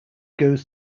goes